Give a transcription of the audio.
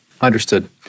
understood